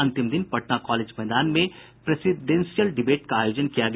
अंतिम दिन पटना कॉलेज मैदान में प्रेसीडेंशियल डिबेट का आयोजन किया गया